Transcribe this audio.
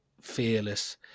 fearless